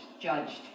judged